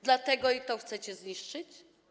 Dlatego i to chcecie zniszczyć?